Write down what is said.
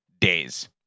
days